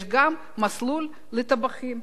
יש גם מסלול לטבחים.